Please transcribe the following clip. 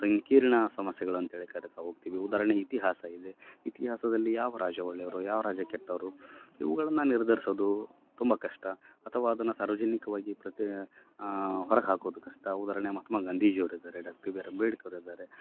ಸಂಕೀರ್ಣ ಸಮಸ್ಯೆಗಳು ಅಂತೇಳಿ ಕರೀತಾ ಹೋಗ್ತೀವಿ ಉದಾಹರಣೆಗ್ ಇತಿಹಾಸ ಇದೆ ಇತಿಹಾಸದಲ್ಲಿ ಯಾವ ರಾಜ ಒಳ್ಳೆಯವರು ಯಾವ ರಾಜ ಕೆಟ್ಟವರು ಇವುಗಳನ್ನು ನಿರ್ಧರ್ಸೋದು ತುಂಬ ಕಷ್ಟ ಅಥವಾ ಅದನ್ನು ಸಾರ್ವಜನಿಕವಾಗಿ ಪ್ರತಿ ಹೊರ ಹಾಕೋದ್ ಕಷ್ಟ ಉದಾಹರಣೆ ಮಹಾತ್ಮ ಗಾಂಧೀಜಿಯವ್ರ್ ಇದ್ದಾರೆ ಡಾಕ್ಟ್ರ್ ಬಿ ಆರ್ ಅಂಬೇಡ್ಕರ್ ಇದ್ದಾರೆ